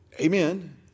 amen